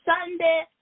Sunday